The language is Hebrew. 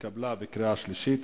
עברה בקריאה שנייה.